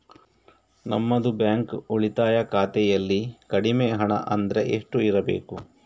ನಮ್ಮದು ಬ್ಯಾಂಕ್ ಉಳಿತಾಯ ಖಾತೆಯಲ್ಲಿ ಕಡಿಮೆ ಹಣ ಅಂದ್ರೆ ಎಷ್ಟು ಇರಬೇಕು?